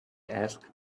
asked